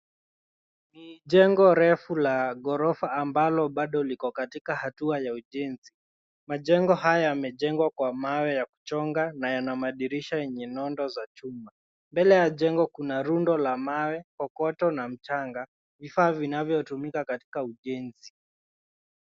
Ni jengo refu la ghorofa ambalo liko katika hatua ya ujenzi. Majengo haya yamejengwa kwa mawe ya kuchonga, na yana madirisha yenye nondo za chuma. Mbele ya jengo kuna rundo la mawe, kokoto na mchanga, vifaa vinavyotumika katika ujenzi.